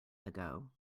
ago